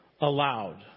allowed